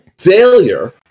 failure